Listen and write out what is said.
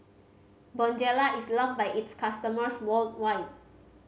Bonjela is loved by its customers worldwide